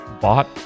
bought